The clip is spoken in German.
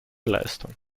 leistung